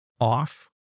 off